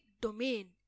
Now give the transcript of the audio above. domain